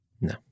No